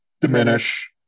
diminish